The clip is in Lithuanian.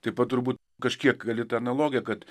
taip pat turbūt kažkiek gali tą analogiją kad